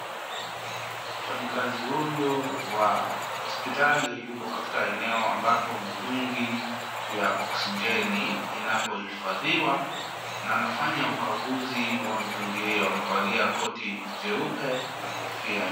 Mfanyikazi huyu wa hospitali yuko katika eneo ambapo mtungi ya oksigeni inapohifadhiwa na anafanya ukaguzi wa mtungi. Amevalia koti jeupe na kofia nyeusi.